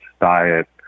diet